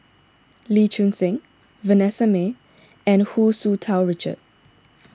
Lee Choon Seng Vanessa Mae and Hu Tsu Tau Richard